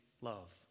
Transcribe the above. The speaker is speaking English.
love